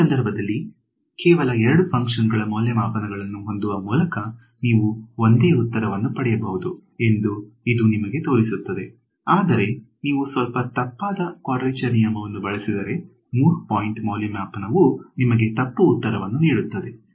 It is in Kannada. ಈ ಸಂದರ್ಭದಲ್ಲಿ ಕೇವಲ 2 ಫಂಕ್ಷಣಗಳ ಮೌಲ್ಯಮಾಪನಗಳನ್ನು ಹೊಂದುವ ಮೂಲಕ ನೀವು ಒಂದೇ ಉತ್ತರವನ್ನು ಪಡೆಯಬಹುದು ಎಂದು ಇದು ನಿಮಗೆ ತೋರಿಸುತ್ತದೆ ಆದರೆ ನೀವು ಸ್ವಲ್ಪ ತಪ್ಪಾದ ಕ್ವಾಡ್ರೇಚರ್ ನಿಯಮವನ್ನು ಬಳಸಿದರೆ 3 ಪಾಯಿಂಟ್ ಮೌಲ್ಯಮಾಪನವು ನಿಮಗೆ ತಪ್ಪು ಉತ್ತರವನ್ನು ನೀಡುತ್ತದೆ